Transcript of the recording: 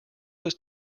was